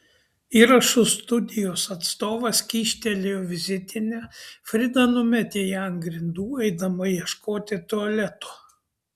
įrašų studijos atstovas kyštelėjo vizitinę frida numetė ją ant grindų eidama ieškoti tualeto